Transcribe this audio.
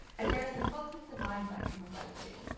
as there are some classmates of mine that i can refer you to.